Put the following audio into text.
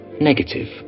negative